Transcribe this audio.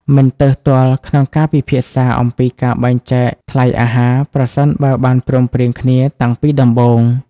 មិនទើសទាល់ក្នុងការពិភាក្សាអំពីការបែងចែកថ្លៃអាហារ ប្រសិនបើបានព្រមព្រៀងគ្នាតាំងពីដំបូង។